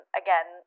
again